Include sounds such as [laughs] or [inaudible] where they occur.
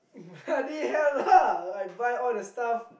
[laughs] bloody hell ah I buy all the stuff